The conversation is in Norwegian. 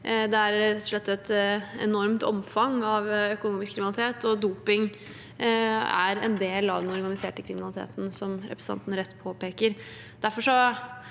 slett et enormt omfang av økonomisk kriminalitet, og doping er en del av den organiserte kriminaliteten, som representanten rett påpeker.